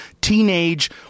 teenage